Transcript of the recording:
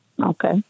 Okay